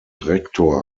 rektor